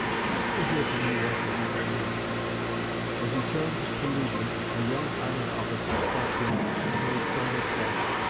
let me hear from you once a week at least as he turned to leave me, a young army officer stopped him and made some request,